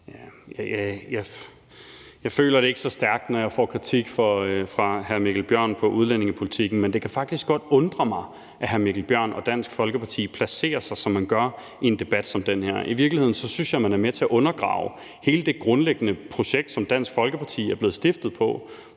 Jeg føler det ikke så stærkt, når jeg får kritik fra hr. Mikkel Bjørn i udlændingepolitikken. Men det kan faktisk godt undre mig, at hr. Mikkel Bjørn og Dansk Folkeparti i en debat som den her placerer sig, som man gør, og i virkeligheden synes jeg, at man er med til at undergrave hele det grundlæggende projekt, som Dansk Folkeparti er blevet stiftet på.